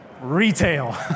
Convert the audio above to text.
Retail